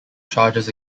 charges